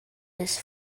his